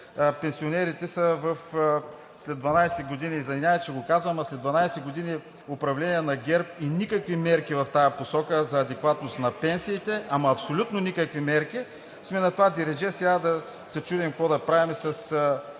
пенсионерите след 12 години – извинявайте, че го казвам, ама след 12 години управление на ГЕРБ и никакви мерки в тази посока за адекватност на пенсиите, ама абсолютно никакви мерки, сме на това дередже сега да се чудим какво да правим с